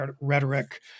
rhetoric